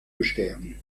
bestärken